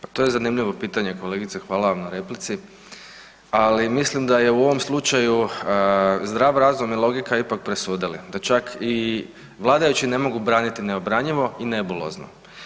Pa to je zanimljivo pitanje, kolegice, hvala vam na replici, ali mislim da je u ovom slučaju zdrav razum i logika ipak presudili, da čak i vladajući ne mogu braniti neobranjivo i nebulozno.